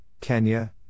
Kenya